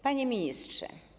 Panie Ministrze!